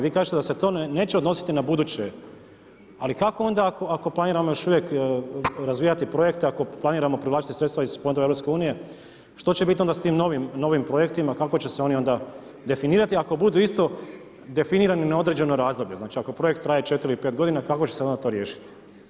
Vi kažete da se to neće odnositi na buduće, ali kako onda ako planiramo još uvijek razvijati projekte, ako planiramo privlačiti sredstva iz fondova EU, što će biti onda s tim novim projektima, kako će se oni onda definirati, ako budu isto definirani na određeno razdoblje znači ako projekt traje četiri ili pet godina kako će se to onda riješiti?